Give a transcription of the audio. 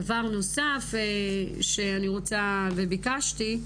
דבר נוסף שאני רוצה וביקשתי,